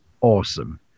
awesome